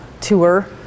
tour